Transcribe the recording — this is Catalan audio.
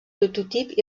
prototip